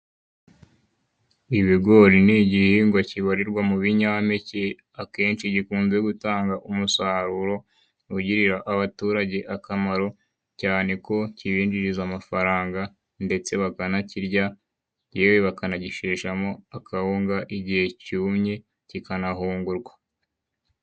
Ibigori ni igihingwa kibarirwa mu binyampeke, akenshi gikunze gutanga umusaruro, ugirira baturage akamaro, cyane ko kibinjiriza amafaranga, ndetse bakanakirya , yewe bakanagisheshamo akawunga igihe cyumye, kikanahungurwa.